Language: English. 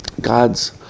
God's